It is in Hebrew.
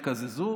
יתקזזו,